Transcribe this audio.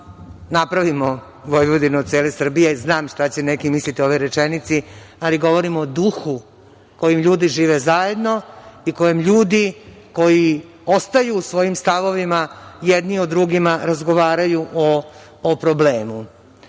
napravimo Vojvodinu od cele Srbije. Znam šta će neki misliti o ovoj rečenici, ali govorim o duhu kojim ljudi žive zajedno i koji ostaju u svojim stavovima, jedni sa drugima razgovaraju o problemu. Taj